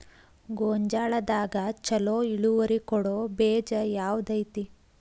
ಗೊಂಜಾಳದಾಗ ಛಲೋ ಇಳುವರಿ ಕೊಡೊ ಬೇಜ ಯಾವ್ದ್ ಐತಿ?